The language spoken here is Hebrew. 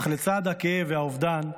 אך לצד הכאב והאובדן,